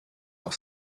auf